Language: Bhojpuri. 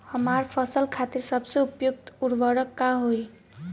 हमार फसल खातिर सबसे उपयुक्त उर्वरक का होई?